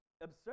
absurd